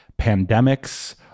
pandemics